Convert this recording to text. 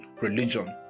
religion